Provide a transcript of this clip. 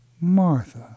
Martha